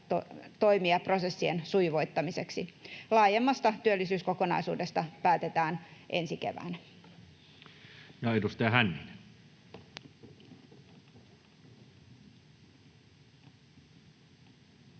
toimia prosessien sujuvoittamiseksi. Laajemmasta työllisyyskokonaisuudesta päätetään ensi keväänä. [Speech